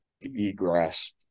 egress